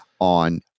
on